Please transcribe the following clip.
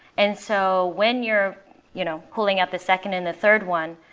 and so when you're you know pulling up the second and the third one,